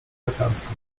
lekarską